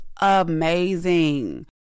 amazing